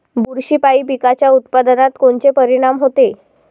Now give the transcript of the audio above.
बुरशीपायी पिकाच्या उत्पादनात कोनचे परीनाम होते?